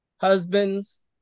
husbands